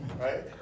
Right